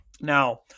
now